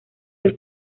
del